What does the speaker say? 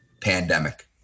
pandemic